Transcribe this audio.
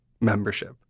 membership